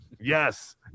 Yes